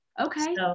Okay